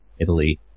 Italy